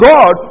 God